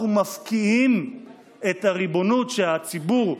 אנחנו מפקיעים את הריבונות מהציבור,